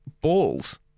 balls